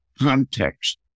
context